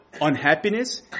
unhappiness